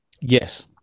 Yes